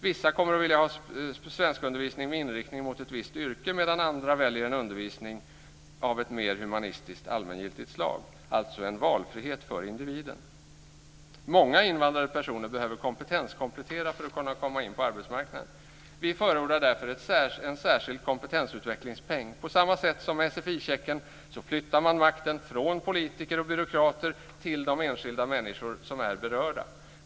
Vissa kommer att vilja ha svenskundervisning med inriktning mot ett visst yrke, medan andra väljer undervisning av mer humanistiskt allmängiltigt slag - alltså en valfrihet för individen. Många invandrade personer behöver kompetenskomplettera för att kunna komma in på arbetsmarknaden. Vi förordar därför en särskild kompetensutvecklingspeng. På samma sätt som med sfi-checken flyttar man makten från politiker och byråkrater till de enskilda människor som är berörda.